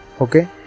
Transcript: okay